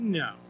no